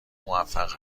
موفق